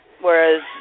Whereas